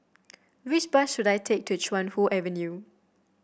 which bus should I take to Chuan Hoe Avenue